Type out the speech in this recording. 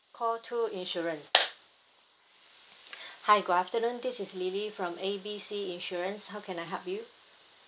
call two insurance hi good afternoon this is lily from A B C insurance how can I help you